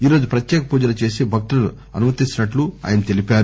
ఈ రోజు ప్రత్యేక పూజలు చేసి భక్తులను అనుమతిస్తున్నట్టు ఆయన తెలిపారు